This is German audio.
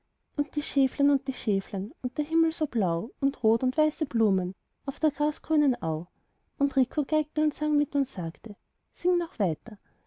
und die schäflein und die schäflein und der himmel so blau und rot und weiße blumen auf der grasgrünen au und rico geigte und sang mit und sagte sing noch weiter